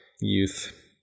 youth